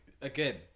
again